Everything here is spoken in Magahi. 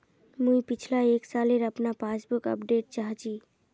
मुई पिछला एक सालेर अपना पासबुक अपडेट चाहची?